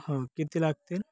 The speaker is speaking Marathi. हां किती लागतील